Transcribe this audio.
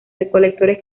recolectores